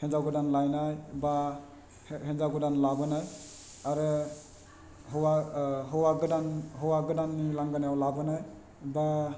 हिन्जाव गोदान लायनाय बा हिन्जाव गोदान लाबोनाय आरो हौवा हौवा गोदान हौवा गोदाननि लांगोनायाव लाबोनो बा